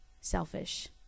selfish